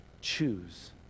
choose